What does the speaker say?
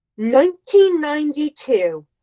1992